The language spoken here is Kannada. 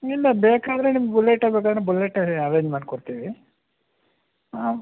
ಇಲ್ಲ ಬೇಕಾದರೆ ನಿಮಗೆ ಬುಲೆಟೆ ಬೇಕೆಂದರೆ ಬುಲೆಟೆ ಅರೆಂಜ್ ಮಾಡಿಕೊಡ್ತೀವಿ ಹಾಂ